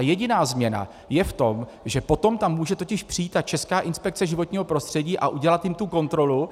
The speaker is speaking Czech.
Jediná změna je v tom, že potom tam může totiž přijít Česká inspekce životního prostředí a udělat jim tu kontrolu.